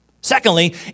Secondly